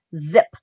zip